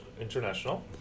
International